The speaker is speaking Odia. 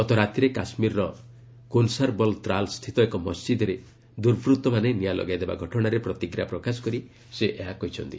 ଗତ ରାତିରେ କାଶ୍ମୀରର କୋନସାରବଲ୍ ତ୍ରାଲ୍ ସ୍ଥିତ ଏକ ମସ୍ଜିଦ୍ରେ ଦୁର୍ବର୍ତମାନେ ନିଆଁ ଲଗାଇଦେବା ଘଟଣାରେ ପ୍ରତିକ୍ରିୟା ପ୍ରକାଶ କରି ସେ ଏହା କହିଛନ୍ତି